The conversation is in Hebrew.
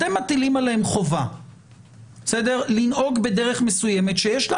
אתם מטילים עליהם חובה לנהוג בדרך מסוימת שיש לה